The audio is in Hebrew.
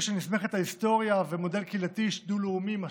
עיר שנסמכת על היסטוריה ומודל קהילתי דו-לאומי משמעותי.